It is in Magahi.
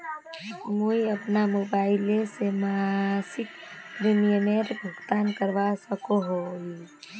मुई अपना मोबाईल से मासिक प्रीमियमेर भुगतान करवा सकोहो ही?